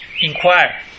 inquire